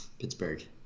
pittsburgh